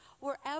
Wherever